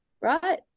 right